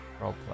roleplay